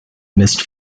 amidst